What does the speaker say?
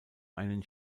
einen